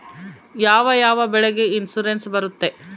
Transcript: ಯಾವ ಯಾವ ಬೆಳೆಗೆ ಇನ್ಸುರೆನ್ಸ್ ಬರುತ್ತೆ?